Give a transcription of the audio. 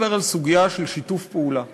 אני מדבר על סוגיה של שיתוף פעולה,